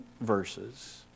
verses